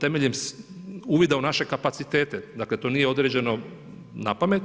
temeljem uvida u naše kapacitete, dakle to nije određeno napamet.